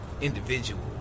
individual